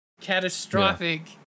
catastrophic